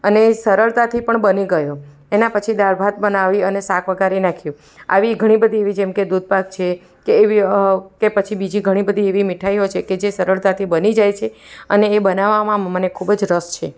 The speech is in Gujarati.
અને સરળતાથી પણ બની ગયો એના પછી દાળ ભાત બનાવી અને શાક વગારી નાખ્યું આવી ઘણી બધી એવી જેમ કે દૂધ પાક છે કે એવી કે પછી બીજી ઘણી બધી એવી મીઠાઈઓ છે કે જે સરળતાથી બની જાય છે અને એ બનાવવામાં મને ખૂબ જ રસ છે